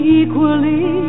equally